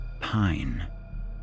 Pine